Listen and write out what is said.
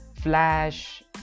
Flash